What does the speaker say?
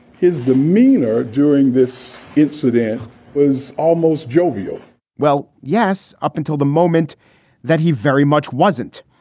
his demeanor during this incident was almost jovial well, yes. up until the moment that he very much wasn't.